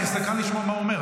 אני סקרן לשמוע מה הוא אומר,